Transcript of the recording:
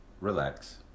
Relax